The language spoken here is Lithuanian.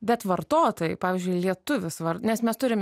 bet vartotojui pavyzdžiui lietuviui svar nes mes turim